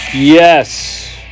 Yes